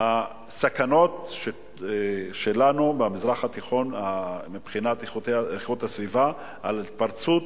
הסכנות במזרח התיכון מבחינת איכות הסביבה בשל התפרצות